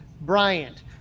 Bryant